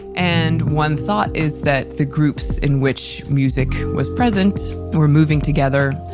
and one thought is that the groups in which music was present were moving together,